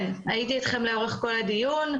כן, הייתי איתכם לאורך כל הדיון,